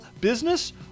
business